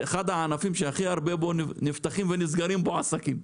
זה אחד הענפים שהכי הרבה נפתחים ונסגרים בו עסקים.